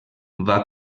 van